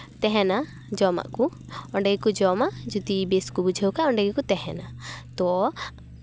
ᱛᱟᱦᱮᱱᱟ ᱡᱚᱢᱟᱜ ᱠᱚ ᱚᱸᱰᱮ ᱜᱮᱠᱚ ᱡᱚᱢᱟ ᱡᱚᱫᱤ ᱵᱮᱥ ᱜᱮᱠᱚ ᱵᱩᱡᱷᱟᱹᱣᱟ ᱚᱸᱰᱮ ᱜᱮᱠᱚ ᱛᱟᱦᱮᱱᱟ ᱛᱚ